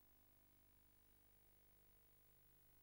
האשרות